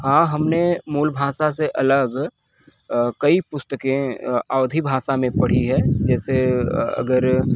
हाँ हमने मूल भाषा से अलग अ कई पुस्तकें अ अवधी भाषा में पढ़ी हैं जैसे अ अगर